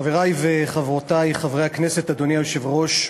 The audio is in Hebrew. חברי וחברותי חברי הכנסת, אדוני היושב-ראש,